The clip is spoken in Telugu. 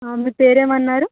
మీ పేరేమన్నారు